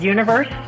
Universe